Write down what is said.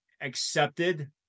accepted